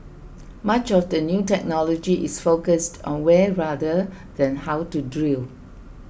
much of the new technology is focused on where rather than how to drill